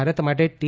ભારત માટે ટી